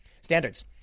Standards